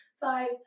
five